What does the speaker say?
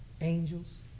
Angels